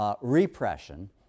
repression